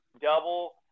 double